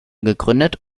gegründet